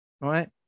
right